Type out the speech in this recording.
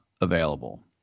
available